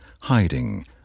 Hiding